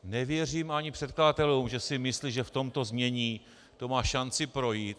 Nevěřím ani předkladatelům, že si myslí, že v tomto znění to má šanci projít.